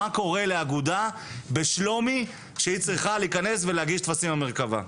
מה קורה לאגודה בשלומי כשהיא צריכה להיכנס ולהגיש טפסים במרכב"ה.